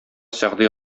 сәгъди